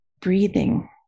breathing